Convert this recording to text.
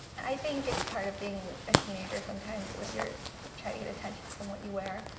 i think it's part of being a teenager sometimes with your trying to get attention from what you wear.